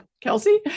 Kelsey